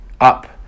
up